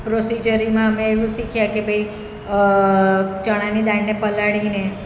પ્રોસીઝરીમાં અમે એવું શીખ્યા કે ભાઈ ચણાની દાળને પલાળીને